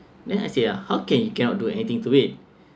then I say ah how can you cannot do anything to it